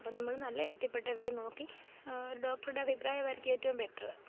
അപ്പം നമ്മൾ നല്ലത് ഇനത്തിൽ പെട്ടവയെ നോക്കി ഒരു ഡോക്ടറുടെ അഭിപ്രായമായിരിക്കും ഏറ്റവും ബെറ്റ്റ്